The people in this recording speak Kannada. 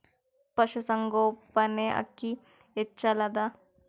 ಪಶುಸಂಗೋಪನೆ ಅಕ್ಕಿ ಹೆಚ್ಚೆಲದಾ?